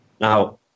Now